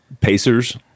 Pacers